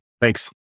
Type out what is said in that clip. Thanks